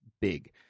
big